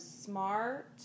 smart